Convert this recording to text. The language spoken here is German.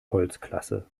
holzklasse